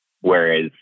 Whereas